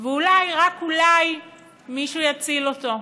ואולי, רק אולי, מישהו יציל אותו.